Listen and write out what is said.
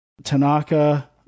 Tanaka